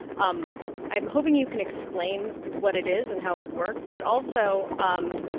um i'm hoping you can explain what it is and how it would work. but also, um